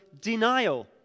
denial